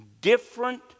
different